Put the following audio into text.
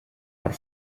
per